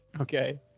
Okay